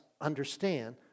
understand